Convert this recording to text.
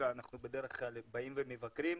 בדרך כלל באים ומבקרים,